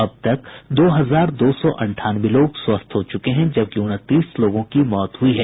अब तक दो हजार दो सौ अंठानवे लोग स्वस्थ हो चुके हैं जबकि उनतीस लोगों की मौत हुई है